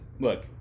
Look